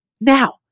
Now